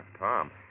Tom